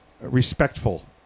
respectful